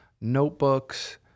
notebooks